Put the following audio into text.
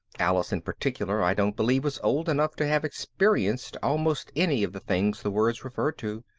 alice in particular i don't believe was old enough to have experienced almost any of the things the words referred to.